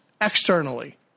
externally